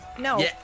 no